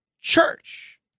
Church